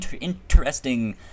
interesting